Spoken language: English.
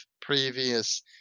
previous